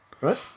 Right